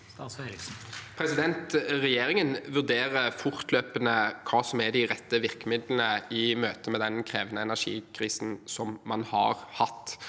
Re- gjeringen vurderer fortløpende hva som er de rette virkemidlene i møte med den krevende energikrisen man har hatt.